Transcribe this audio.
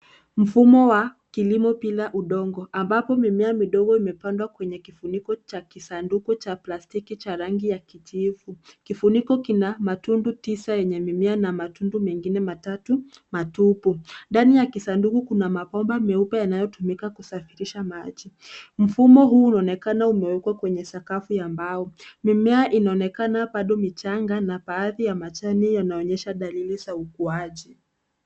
Mfumo wa kilimo bila udongo ambapo mimea midogo imepandwa kwenye kifuniko cha kisanduku cha plastiki cha rangi ya kijivu. Kifuniko kina matundu tisa yenyewe na matundu mengine matatu matupu ndani ya kisanduku Kuna mabomba meupe yanayotumika kusafirisha maji. Mfumo huu unaonekana umewekwa kwenye sakafu ya mbao. Mimea inaonekana hapa bado michanga na baadhi ya majani yanaonyesha dalili za ukuaji.